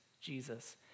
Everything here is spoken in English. Jesus